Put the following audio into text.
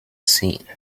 seen